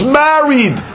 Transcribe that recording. married